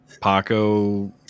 Paco